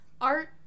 art